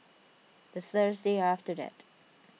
the Thursday after that